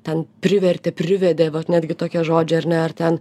ten privertė privedė vat netgi tokie žodžiai ar ne ar ten